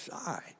side